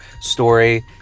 story